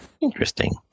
interesting